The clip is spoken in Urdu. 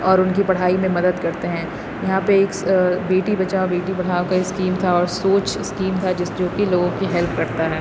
اور ان کی پڑھائی میں مدد کرتے ہیں یہاں پہ ایک بیٹی بچاؤ بیٹی پڑھاؤ کا اسکیم تھا اور سوچ اسکیم تھا جس جو کہ لوگوں کی ہیلپ کرتا ہے